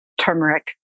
turmeric